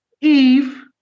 Eve